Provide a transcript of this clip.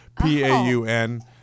P-A-U-N